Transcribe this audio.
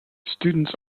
students